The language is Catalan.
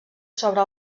sobre